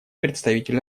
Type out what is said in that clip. представитель